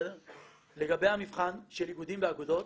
לגבי המבחן של איגודים ואגודות.